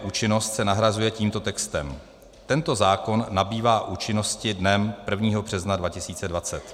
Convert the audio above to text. Účinnost se nahrazuje tímto textem: Tento zákon nabývá účinnosti dnem 1. března 2020.